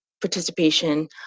participation